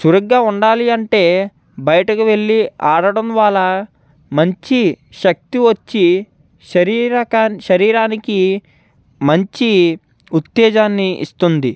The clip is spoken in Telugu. చురుగ్గా ఉండాలి అంటే బయటకు వెళ్లి ఆడడం వల్ల మంచి శక్తి వచ్చి శరీరకం శరీరానికి మంచి ఉత్తేజాన్ని ఇస్తుంది